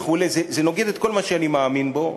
זה נוגד את כל מה שאני מאמין בו.